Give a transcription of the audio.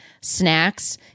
snacks